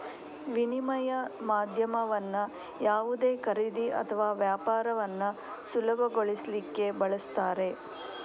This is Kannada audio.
ವಿನಿಮಯ ಮಾಧ್ಯಮವನ್ನ ಯಾವುದೇ ಖರೀದಿ ಅಥವಾ ವ್ಯಾಪಾರವನ್ನ ಸುಲಭಗೊಳಿಸ್ಲಿಕ್ಕೆ ಬಳಸ್ತಾರೆ